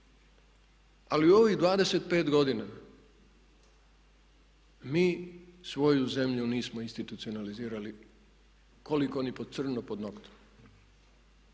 ali u ovih 25 godina mi svoju zemlju nismo institucionalizirali koliko ni crnog pod noktom.